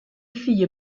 fille